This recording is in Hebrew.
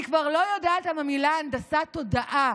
אני כבר לא יודעת אם המילים "הנדסת תודעה"